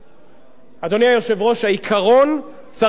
אדוני היושב-ראש, העיקרון צריך להישמר.